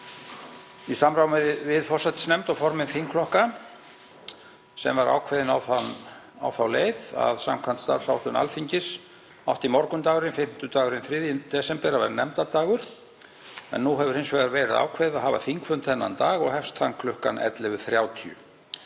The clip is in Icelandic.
í samráði við forsætisnefnd og formenn þingflokka, sem ákveðin var á þá leið að samkvæmt starfsáætlun Alþingis átti morgundagurinn, fimmtudagurinn 3. desember, að vera nefndadagur, en nú hefur hins vegar verið ákveðið að hafa þingfund þennan dag og hefst hann kl. 11:30.